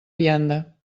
vianda